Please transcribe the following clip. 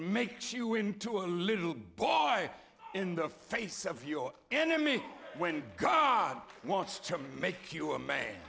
makes you into a little boy in the face of your enemy when gone and wants to make you a man